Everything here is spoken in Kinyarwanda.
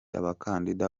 abakandida